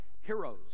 heroes